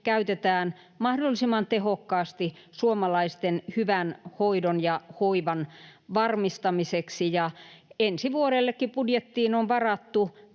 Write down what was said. käytetään mahdollisimman tehokkaasti suomalaisten hyvän hoidon ja hoivan varmistamiseksi, ja ensi vuodellekin budjettiin on varattu